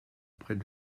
près